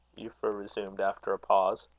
euphra resumed, after a pause.